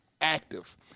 active